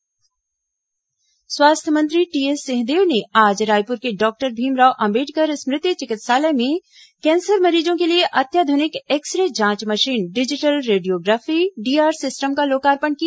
x ray machine लोकार्पण स्वास्थ्य मंत्री टीएस सिंहदेव ने आज रायपुर के डॉक्टर भीमराव अंबेडकर स्मृति चिकित्सालय में कैंसर मरीजों के लिए अत्याध्रनिक एक्स रे जांच मशीन डिजिटल रेडियोग्राफी डीआर सिस्टम का लोकार्पण किया